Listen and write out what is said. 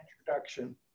introduction